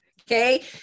Okay